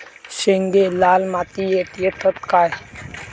शेंगे लाल मातीयेत येतत काय?